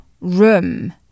room